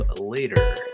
later